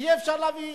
יהיה אפשר להביא